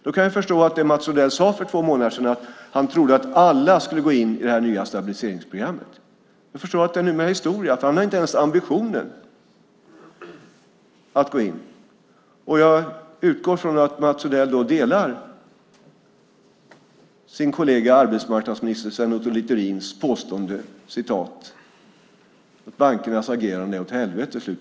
Då kan jag förstå att det Mats Odell sade för två månader sedan, att han trodde att alla skulle gå in i det nya stabiliseringsprogrammet, numera är historia. Han har inte ens ambitionen att de ska gå in. Jag utgår från att Mats Odell delar sin kollega arbetsmarknadsminister Sven Otto Littorins påstående att "bankernas agerande är åt helvete".